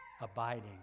abiding